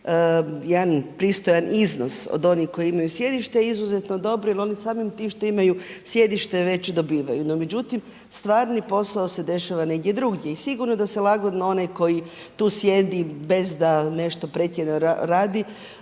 jedan pristojan iznos od onih koji imaju sjedište je izuzetno dobro jer oni samim tim što imaju sjedište već dobivaju. No, međutim stvarni posao se dešava negdje drugdje i sigurno da se lagodno onaj koji tu sjedi bez da nešto pretjerano radi